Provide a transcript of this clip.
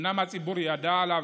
אומנם הציבור ידע עליו,